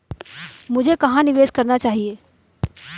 मुझे कहां निवेश करना चाहिए?